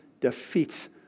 Defeats